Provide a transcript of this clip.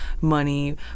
money